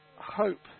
hope